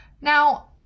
Now